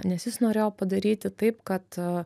nes jis norėjo padaryti taip kad